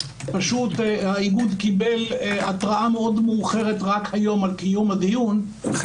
פשוט האיגוד קיבל התראה מאוד מאוחרת רק היום על קיום הדיון -- אכן כך.